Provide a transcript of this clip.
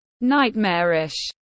nightmarish